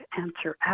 answer